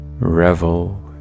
Revel